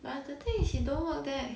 but the thing is he don't work there